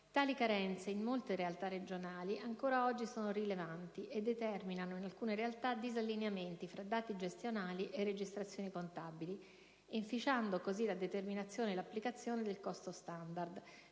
tali carenze, in molte realtà regionali, ancora oggi sono rilevanti e determinano, in alcune realtà, disallineamenti tra dati gestionali e registrazioni contabili, inficiando così la determinazione e l'applicazione del costo standard,